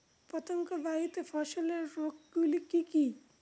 পতঙ্গবাহিত ফসলের রোগ গুলি কি কি?